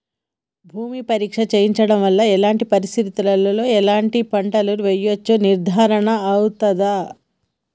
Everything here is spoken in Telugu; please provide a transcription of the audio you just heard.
భూమి పరీక్ష చేయించడం వల్ల ఎలాంటి పరిస్థితిలో ఎలాంటి పంటలు వేయచ్చో నిర్ధారణ అయితదా?